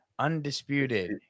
Undisputed